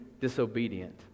disobedient